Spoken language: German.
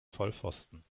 vollpfosten